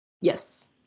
Yes